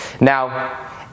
Now